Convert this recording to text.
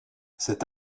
cet